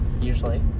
usually